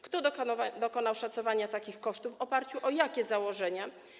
Kto dokonał oszacowania takich kosztów i w oparciu o jakie założenia?